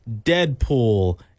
Deadpool